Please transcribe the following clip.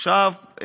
עכשיו,